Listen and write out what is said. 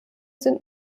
sind